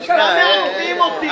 אתם מעכבים אותי.